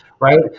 right